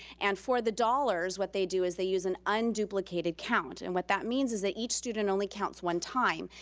and for the dollars, what they do is they use an unduplicated count. and what that means is that each student only counts one time,